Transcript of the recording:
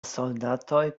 soldatoj